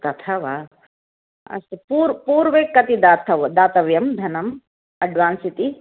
तथा वा अस्तु पूर्वे कति दातव्यं धनम् अड्वान्स् इति